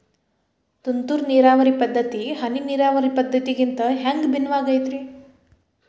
ತುಂತುರು ನೇರಾವರಿ ಪದ್ಧತಿ, ಹನಿ ನೇರಾವರಿ ಪದ್ಧತಿಗಿಂತ ಹ್ಯಾಂಗ ಭಿನ್ನವಾಗಿ ಐತ್ರಿ?